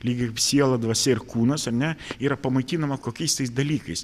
lyg ir siela dvasia ir kūnas ar ne yra pamaitinama kokiais tais dalykais